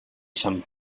sant